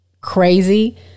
crazy